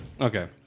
Okay